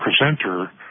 presenter